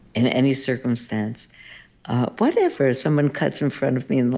in any circumstance whatever, someone cuts in front of me in